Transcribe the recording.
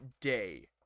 day